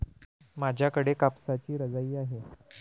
माझ्याकडे कापसाची रजाई आहे